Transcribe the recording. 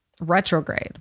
retrograde